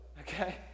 okay